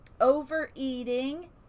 overeating